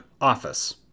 office